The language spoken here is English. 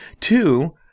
Two